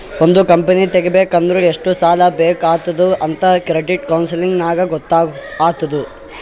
ಒಂದ್ ಕಂಪನಿ ತೆಗಿಬೇಕ್ ಅಂದುರ್ ಎಷ್ಟ್ ಸಾಲಾ ಬೇಕ್ ಆತ್ತುದ್ ಅಂತ್ ಕ್ರೆಡಿಟ್ ಕೌನ್ಸಲಿಂಗ್ ನಾಗ್ ಗೊತ್ತ್ ಆತ್ತುದ್